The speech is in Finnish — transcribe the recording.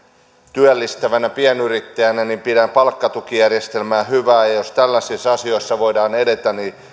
työllistävänä pienyrittäjänä pidän palkkatukijärjestelmää hyvänä ja jos tällaisissa asioissa voidaan edetä niin